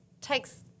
takes –